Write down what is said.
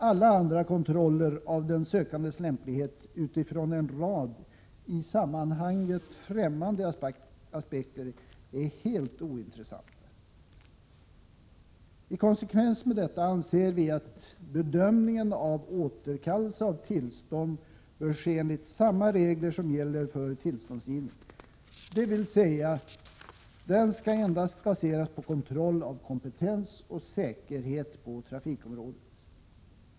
Alla andra kontroller av den sökandes lämplighet utifrån en rad i sammanhanget främmande aspekter är helt ointressanta. I konsekvens med detta anser vi att bedömning av återkallelse av tillstånd bör ske enligt samma regler som gäller för tillståndsgivning, dvs. den skall endast baseras på kontroll av kompetens och säkerhet på trafikområdet.